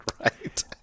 right